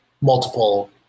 multiple